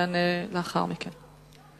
יענה לאחר מכן.